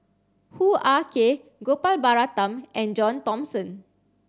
Hoo Ah Kay Gopal Baratham and John Thomson